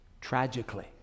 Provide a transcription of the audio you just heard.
tragically